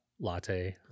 latte